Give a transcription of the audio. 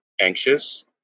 anxious